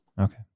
Okay